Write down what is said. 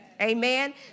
Amen